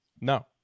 No